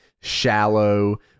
shallow